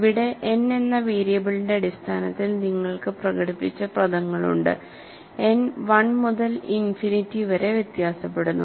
ഇവിടെ n എന്ന വേരിയബിളിന്റെ അടിസ്ഥാനത്തിൽ നിങ്ങൾക്ക് പ്രകടിപ്പിച്ച പദങ്ങളുണ്ട് n 1 മുതൽ ഇൻഫിനിറ്റി വരെ വ്യത്യാസപ്പെടുന്നു